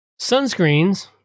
Sunscreens